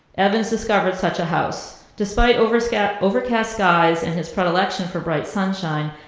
evans discovered such a house. despite overcast overcast skies and his predilection for bright sunshine,